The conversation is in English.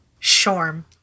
Shorm